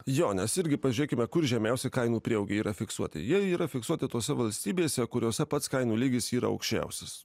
jo nes irgi pažiūrėkime kur žemiausi kainų prieaugiai yra fiksuoti jie yra fiksuoti tose valstybėse kuriose pats kainų lygis yra aukščiausias